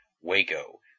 Waco